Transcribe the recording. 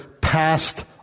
passed